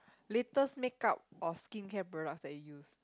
latest makeup or skincare product that you use